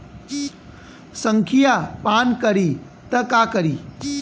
संखिया पान करी त का करी?